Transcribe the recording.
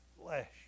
flesh